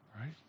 right